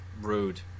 rude